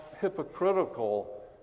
hypocritical